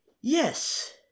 Yes